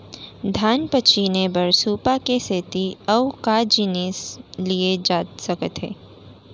धान पछिने बर सुपा के सेती अऊ का जिनिस लिए जाथे सकत हे?